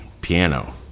piano